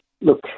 look